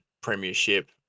premiership